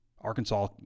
Arkansas